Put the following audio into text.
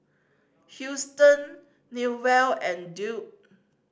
Houston Newell and Duke